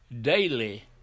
daily